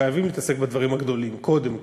חייבים להתעסק בדברים הגדולים קודם כול.